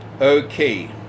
okay